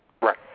Right